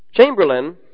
Chamberlain